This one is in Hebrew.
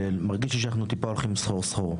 ומרגיש לי שאנחנו טיפה הולכים סחור-סחור.